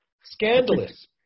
Scandalous